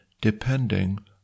depending